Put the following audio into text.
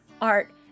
art